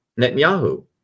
Netanyahu